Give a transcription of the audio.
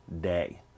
day